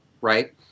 right